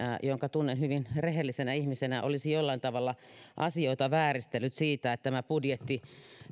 jonka tunnen hyvin rehellisenä ihmisenä olisi jollain tavalla asioita vääristellyt siinä että tämä budjetti